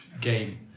game